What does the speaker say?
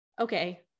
okay